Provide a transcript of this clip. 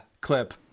clip